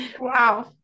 Wow